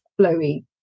flowy